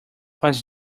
was